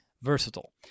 versatile